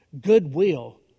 Goodwill